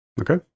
Okay